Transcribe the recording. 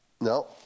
No